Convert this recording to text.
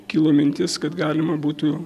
kilo mintis kad galima būtų